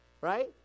right